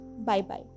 Bye-bye